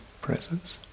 presence